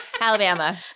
Alabama